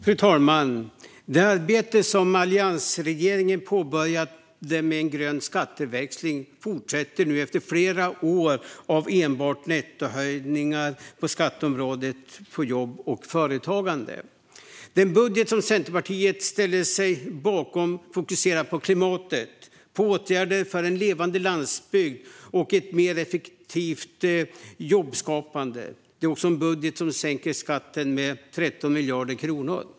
Fru talman! Det arbete med en grön skatteväxling som alliansregeringen påbörjade fortsätter nu efter flera år av enbart nettohöjningar på skatteområdet på jobb och företagande. Den budget som Centerpartiet ställer sig bakom fokuserar på klimatet, åtgärder för en levande landsbygd och ett mer effektivt jobbskapande. Det är också en budget som sänker skatten med 13 miljarder kronor.